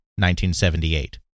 1978